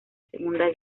segunda